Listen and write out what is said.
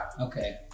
Okay